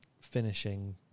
finishing